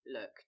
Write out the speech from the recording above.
look